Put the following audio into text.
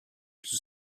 should